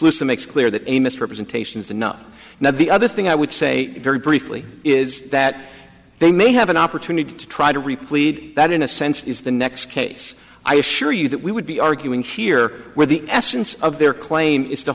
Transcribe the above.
salissa makes clear that a misrepresentation is enough now the other thing i would say very briefly is that they may have an opportunity to try to replete that in a sense is the next case i assure you that we would be arguing here where the essence of their claim is t